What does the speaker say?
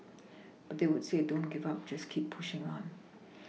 but they would say don't give up just keep pushing on